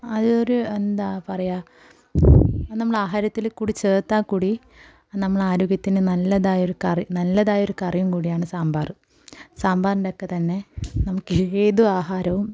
അതൊരു എന്താണ് പറയുക നമ്മൾ ആഹാരത്തിൽ കൂടി ചേർത്താൽ കൂടി നമ്മൾ ആരോഗ്യത്തിന് നല്ലതായൊരു കറി നല്ലതായൊരു കറിയും കൂടിയാണ് സാമ്പാർ സാമ്പാറിൻ്റെ ഒക്കെ തന്നെ നമുക്ക് ഏത് ആഹാരവും